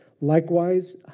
Likewise